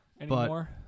anymore